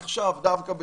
עכשיו, דווקא בקורונה,